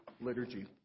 liturgy